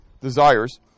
desires